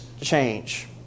change